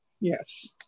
Yes